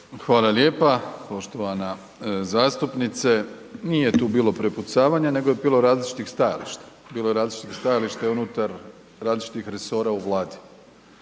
Hvala lijepa poštovana zastupnice. Nije tu bilo prepucavanja nego je bilo različitih stajališta. Bilo je različitih stajališta i unutar različitih resora u Vladi.